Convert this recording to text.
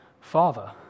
father